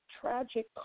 tragic